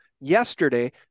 yesterday